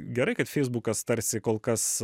gerai kad feisbukas tarsi kol kas